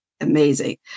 amazing